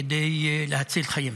כדי להציל חיים.